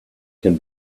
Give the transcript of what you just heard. can